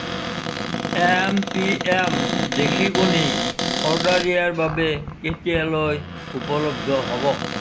M P M দেশী কণী order দিয়াৰ বাবে কেতিয়ালৈ উপলব্ধ হ'ব